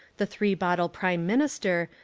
the three-bottle prime min ister,